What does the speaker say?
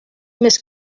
més